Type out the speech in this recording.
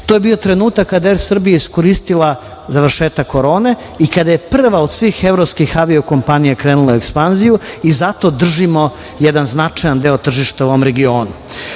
To je bio trenutak kada je "Er Srbija" iskoristila završetak korone i kada je prva od svih evropskih avio kompanija krenula u ekspanziju i zato držimo jedan značajan deo tržišta u ovom regionu. Mi